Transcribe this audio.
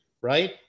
right